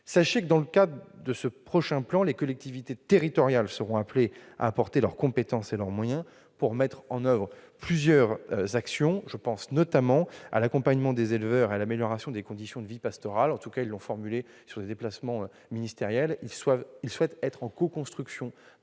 Sachez que, dans le cadre de ce prochain plan, les collectivités territoriales seront appelées à apporter leurs compétences et leurs moyens pour mettre en oeuvre plusieurs actions. Je pense notamment à l'accompagnement des éleveurs et à l'amélioration des conditions de vie pastorale. C'est ainsi que l'ont formulé les acteurs locaux lors de déplacements ministériels. Ils souhaitent intervenir dans un